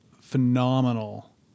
phenomenal